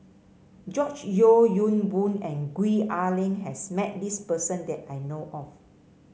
George Yeo Yong Boon and Gwee Ah Leng has met this person that I know of